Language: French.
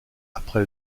après